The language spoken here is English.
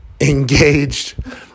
engaged